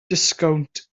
disgownt